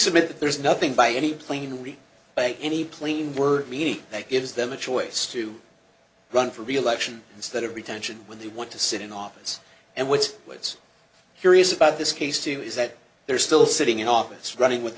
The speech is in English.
submit that there is nothing by any plain read by any plain word meaning that gives them a choice to run for reelection instead of retention when they want to sit in office and what's what's here is about this case too is that they're still sitting in office running with